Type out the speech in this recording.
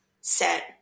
set